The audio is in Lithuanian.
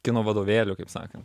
kino vadovėlių kaip sakant